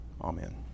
Amen